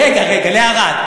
רגע, רגע, לערד.